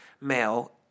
male